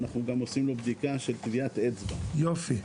אנחנו גם עושים לו בדיקה של טביעת אצבע- - יופי.